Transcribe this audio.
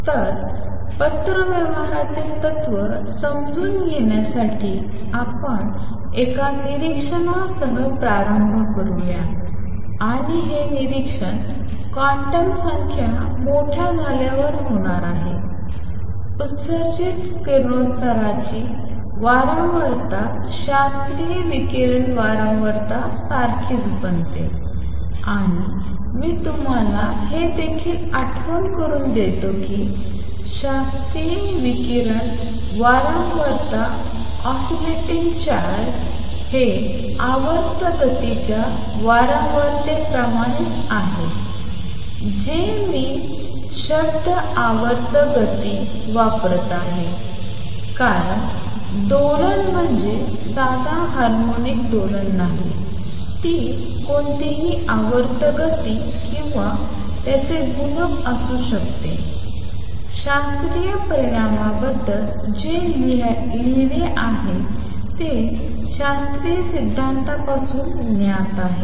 तर पत्रव्यवहाराचे तत्त्व समजून घेण्यासाठी आपण एका निरीक्षणासह प्रारंभ करूया आणि हे निरीक्षण क्वांटम संख्या मोठ्या झाल्यावर होणार आहे उत्सर्जित किरणोत्सर्गाची वारंवारता शास्त्रीय विकिरण वारंवारता सारखीच बनते आणि मी तुम्हाला हे देखील आठवण करून देतो की शास्त्रीय विकिरण वारंवारता ऑसिलेटिंग चार्ज हे आवर्त गतीच्या वारंवारतेप्रमाणेच आहे जे मी शब्द आवर्त गती वापरत आहे कारण दोलन म्हणजे साधा हार्मोनिक दोलन नाही ती कोणतीही आवर्त गती किंवा त्याचे गुणक असू शकते शास्त्रीय परिणामाबद्दल जे लिहिले आहे ते शास्त्रीय सिद्धांतपासून ज्ञात आहे